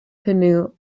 canoe